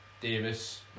Davis